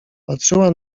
patrzyła